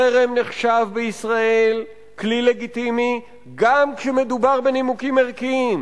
חרם נחשב בישראל כלי לגיטימי גם כשמדובר בנימוקים ערכיים,